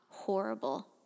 horrible